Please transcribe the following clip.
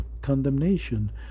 condemnation